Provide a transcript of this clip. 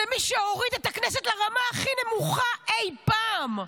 זה מי שהוריד את הכנסת לרמה הכי נמוכה אי פעם.